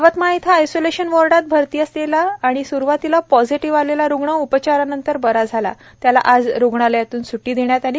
यवतमाळ इथं आयसोलेशन वॉर्डात भरती असलेला व स्रवातीला पॉझेटिव्ह आलेला रुग्ण उपचारानंतर बरा झाल्यामुळे त्याला आज रुग्णालयातून सूद्दी देण्यात आली